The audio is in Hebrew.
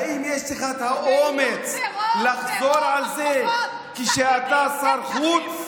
האם יש לך את האומץ לחזור על זה כשאתה שר החוץ?